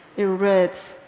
it read,